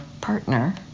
partner